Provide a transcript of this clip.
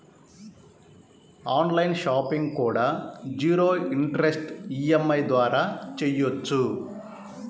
on line shopping కూడా zero interest EMI ద్వారా చెయ్యొచ్చు